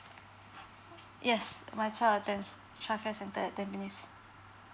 yes my child attends child care centre at tampines